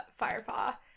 Firepaw